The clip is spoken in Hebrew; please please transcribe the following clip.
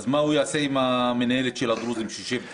אז מה הוא יעשה עם המינהלת של הדרוזים שיושבת אצלו?